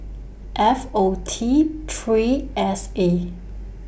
F O T three S A